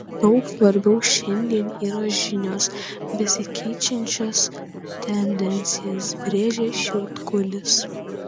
daug svarbiau šiandien yra žinios besikeičiančias tendencijas brėžia šiautkulis